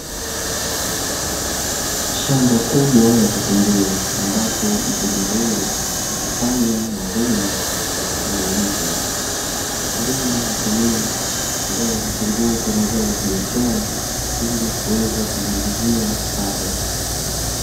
Shamba kubwa la vitunguu ambapo mkulima huyo akifanya mavuno ya vitunguu hivo. Wakulima hutumia zao la vitunguu kama zao la biashara ili kuweza kujiingizia kipato.